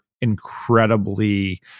incredibly